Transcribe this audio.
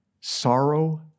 sorrow